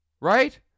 right